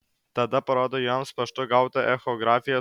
tada parodo joms paštu gautą echografiją